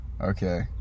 okay